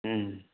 ம்